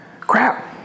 crap